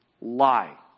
Lie